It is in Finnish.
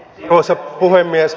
arvoisa puhemies